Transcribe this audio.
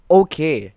okay